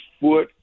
foot